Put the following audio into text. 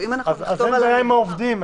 אין בעיה עם העובדים,